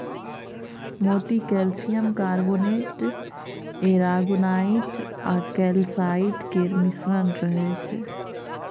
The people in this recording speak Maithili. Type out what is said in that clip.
मोती कैल्सियम कार्बोनेट, एरागोनाइट आ कैलसाइट केर मिश्रण रहय छै